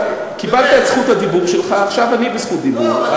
קיבלת את זכות הדיבור שלך, עכשיו אני בזכות דיבור.